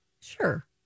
Sure